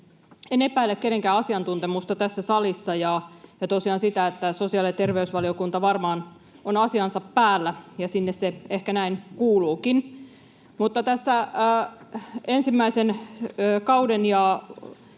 en epäile kenenkään asiantuntemusta tässä salissa tai sitä, että sosiaali- ja terveysvaliokunta varmaan on asiansa päällä, ja sinne se ehkä näin kuuluukin. Mutta tässä ensimmäisen kauden